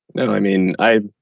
yeah and i mean, i